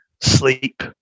sleep